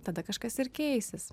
tada kažkas ir keisis